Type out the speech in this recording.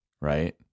right